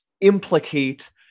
implicate